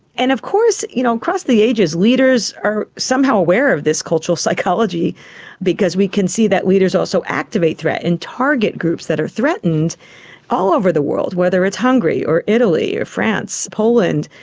and of course you know across the ages, leaders are somehow aware of this cultural psychology because we can see that leaders also activate threat and target groups that are threatened all over the world, whether it's hungary or italy or france, poland,